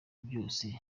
byose